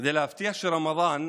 כדי להבטיח שהרמדאן,